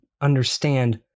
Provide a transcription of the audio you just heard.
understand